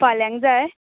फाल्यांक जाय